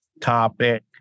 topic